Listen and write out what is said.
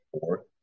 fourth